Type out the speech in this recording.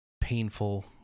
painful